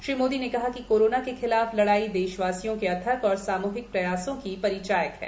श्री मोदी ने कहा कि कोरोना के खिलाफ लड़ाई देशवासियों के अथक और सामूहिक प्रयासों की परिचायक है